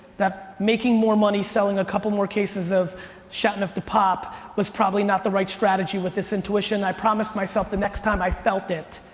that making more money selling a couple of cases of chateauneuf-du-pape was probably not the right strategy with this intuition. i promised myself the next time i felt it,